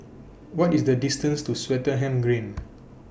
What IS The distances to Swettenham Green